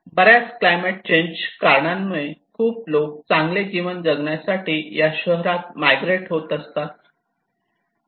बऱ्याच climate change कारणांमुळे खूप लोक चांगले जीवन जगण्यासाठी या शहरात मायग्रेट होत असतात